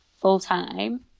full-time